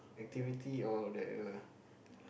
activity or the